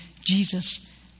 Jesus